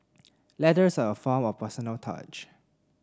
letters are a form of personal touch